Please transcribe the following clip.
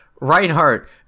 Reinhardt